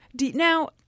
Now